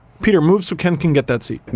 peter move so ken can get that seat.